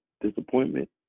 Disappointment